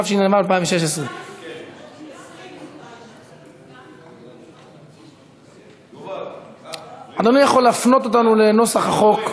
התשע"ו 2016. אדוני יכול להפנות אותנו לנוסח החוק.